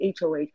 HOH